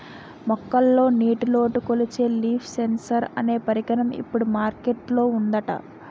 మొక్కల్లో నీటిలోటు కొలిచే లీఫ్ సెన్సార్ అనే పరికరం ఇప్పుడు మార్కెట్ లో ఉందట